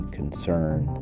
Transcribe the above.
concern